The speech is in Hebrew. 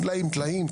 טלאים טלאים,